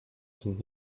sind